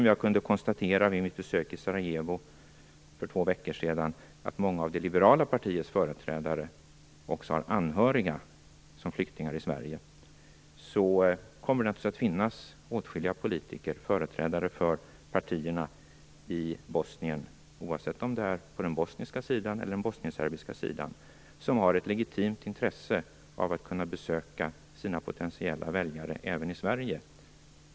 Jag kunde vid mitt besök i Sarajevo för två veckor sedan konstatera att många av det liberala partiets företrädare har anhöriga som flyktingar i Sverige, och det kommer naturligtvis att finnas åtskilliga företrädare för partierna i Bosnien, oavsett om det är på den bosniska eller på den bosnienserbiska sidan, med ett legitimt intresse av att kunna besöka sina potentiella väljare även i Sverige.